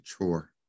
chore